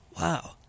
Wow